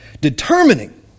determining